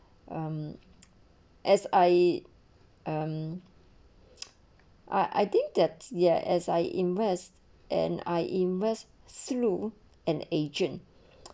um as i um I I think that ya as I invest and I invest slew and agent